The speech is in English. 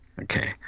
okay